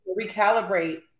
recalibrate